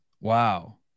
Wow